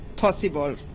Possible